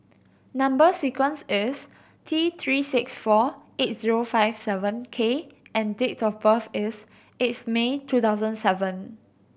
number sequence is T Three six four eight zero five seven K and date of birth is eighth May two thousand seven